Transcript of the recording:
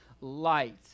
light